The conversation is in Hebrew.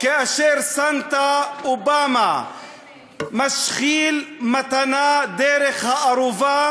כאשר סנטה-אובמה משחיל מתנה דרך הארובה